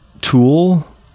Tool